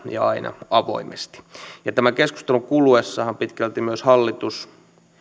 ja aina avoimesti tämän keskustelun kuluessahan pitkälti myös hallitus